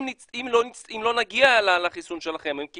אם לא נגיע לחיסון שלכם בארץ,